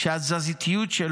הפאב שניטלו ממנו חיים ושמחה,